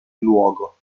luogo